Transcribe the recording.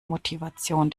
motivation